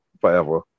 forever